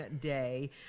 day